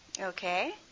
Okay